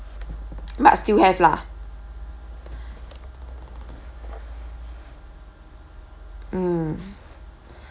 but still have lah mm